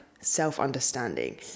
self-understanding